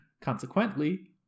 consequently